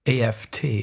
aft